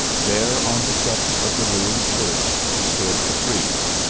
there on the steps of the ruined church stood a priest.